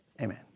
amen